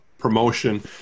promotion